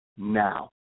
now